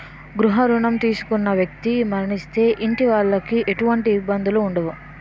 గృహ రుణం తీసుకున్న వ్యక్తి మరణిస్తే ఇంటి వాళ్లకి ఎటువంటి ఇబ్బందులు ఉండవు